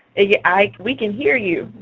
yeah like we can hear you.